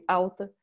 alta